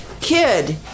kid